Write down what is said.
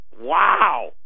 Wow